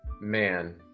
Man